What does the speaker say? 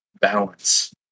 balance